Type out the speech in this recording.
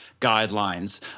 guidelines